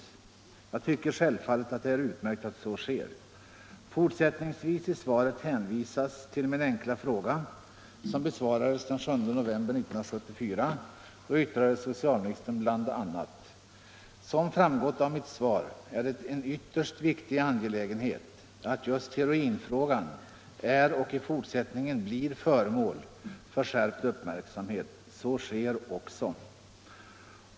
Jag tycker självfallet att det är utmärkt att så sker. ”Som framgått av mitt svar är det en ytterst viktig angelägenhet att just heroinfrågan är och i fortsättningen blir föremål för skärpt uppmärksamhet. Så sker också.